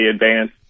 advance